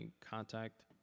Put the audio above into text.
contact